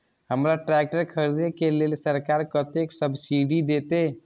हमरा ट्रैक्टर खरदे के लेल सरकार कतेक सब्सीडी देते?